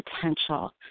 potential